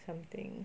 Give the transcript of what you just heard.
something